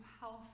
health